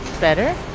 better